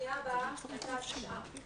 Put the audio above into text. הפנייה הבאה הייתה תשעה ילדים.